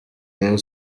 rayon